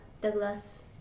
Douglas